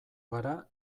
gara